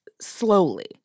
slowly